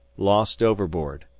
lost overboard.